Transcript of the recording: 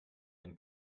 wenn